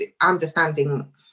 understanding